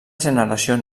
generació